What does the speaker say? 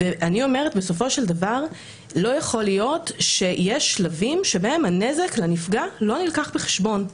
בסופו של דבר לא יכול להיות שיש שלבים שבהם הנזק לנפגע לא מובא לחשבון,